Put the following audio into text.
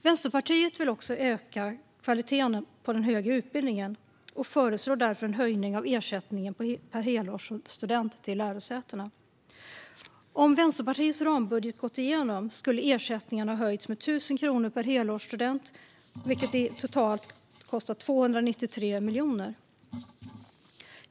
Vänsterpartiet vill också öka kvaliteten på den högre utbildningen och föreslår därför en höjning av ersättningen per helårsstudent till lärosätena. Om Vänsterpartiets rambudget hade gått igenom skulle ersättningen ha höjts med 1 000 kronor per helårsstudent, vilket skulle kosta totalt 293 miljoner kronor.